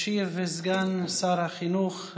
ישיב סגן שר החינוך,